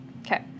Okay